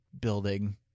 building